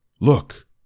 Look